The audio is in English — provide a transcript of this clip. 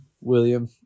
William